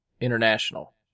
international